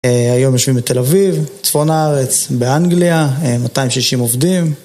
היום יושבים בתל אביב, צפון הארץ, באנגליה, 260 עובדים